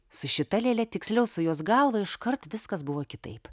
su šita lėle tiksliau su jos galva iškart viskas buvo kitaip